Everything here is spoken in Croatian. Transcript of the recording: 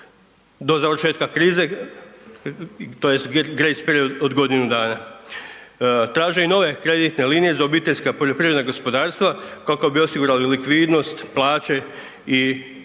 do završetka krize tj. …/nerazumljivo/… period od godinu dana. Traže i nove kreditne linije za obiteljska poljoprivredna gospodarstva kako bi osigurali likvidnost, plaće i